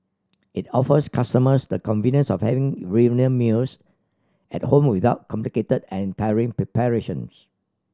it offers customers the convenience of having reunion meals at home without complicated and tiring preparations